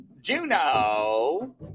Juno